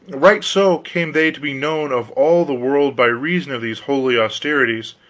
right so came they to be known of all the world by reason of these holy austerities,